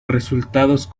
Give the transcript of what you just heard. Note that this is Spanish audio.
resultados